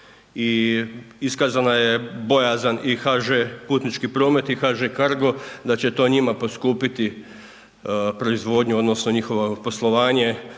i iskazana je i bojazan i HŽ Putnički promet i HŽ Cargo da će to njima poskupiti proizvodnju odnosno njihovo poslovanje